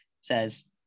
says